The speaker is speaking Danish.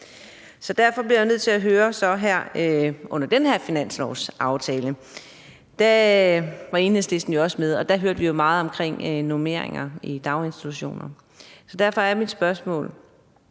Derfor bliver jeg nødt til at høre noget om den her finanslovsaftale. Der var Enhedslisten jo også med, og der hørte vi jo meget om normeringer i daginstitutioner. Jeg ved, at Enhedslisten